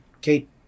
Kate